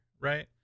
right